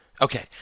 Okay